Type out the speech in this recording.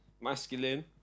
masculine